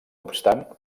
obstant